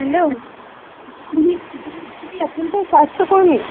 hello দিদি দিদি আপনি তো স্বাস্থ্যকর্মী